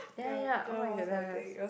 ya ya ya oh my goodness